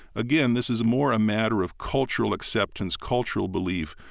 again, this is more a matter of cultural acceptance, cultural belief.